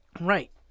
Right